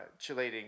chelating